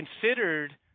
considered